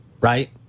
right